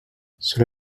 cela